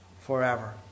forever